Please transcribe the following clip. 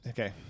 Okay